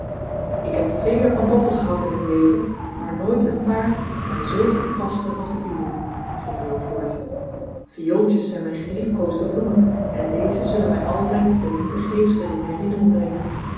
ik heb vele pantoffels gehad in mijn leven maar nooit een paar dat mij zoo goed paste als de uwe ging jo voort viooltjes zijn mijn geliefkoosde bloemen en deze zullen mij altijd de lieve geefster in herinnering brengen